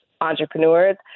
entrepreneurs